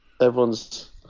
everyone's